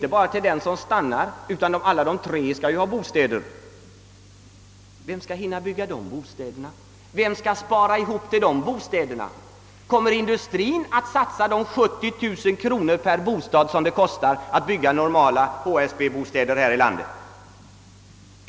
Den arbetskraft som importeras måste också ha bostäder. Vem skall hinna bygga dem? Vem skall spara ihop pengarna till dessa bostä der? Kommer industrien att satsa de 70 000 kronor per bostad som det kostar att bygga normala HSB-bostäder här i landet?